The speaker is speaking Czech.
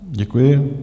Děkuji.